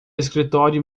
escritório